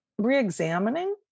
reexamining